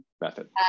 method